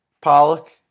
Pollock